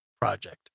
project